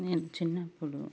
నేను చిన్నప్పుడు